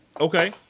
okay